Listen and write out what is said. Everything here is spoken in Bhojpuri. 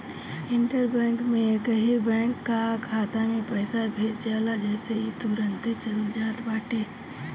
इंटर बैंक में एकही बैंक कअ खाता में पईसा भेज जाला जेसे इ तुरंते चल जात बाटे